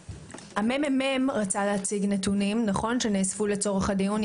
ה-ממ"מ רצה להציג נתונים שנאספו לצורך הדיון,